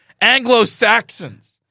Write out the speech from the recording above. Anglo-Saxons